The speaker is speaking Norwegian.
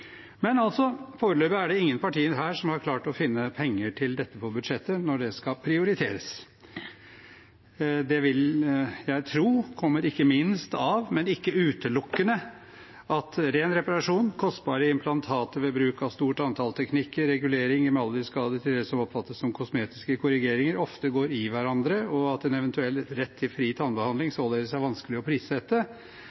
Men foreløpig er det ingen partier her som har klart å finne penger til dette på budsjettet når det skal prioriteres. Det vil jeg tro kommer ikke minst, men ikke utelukkende av at ren reparasjon, kostbare implantater ved bruk av stort antall teknikker, regulering og emaljeskader til dels vil oppfattes som kosmetiske korrigeringer og ofte går i hverandre, og at en eventuell rett til fri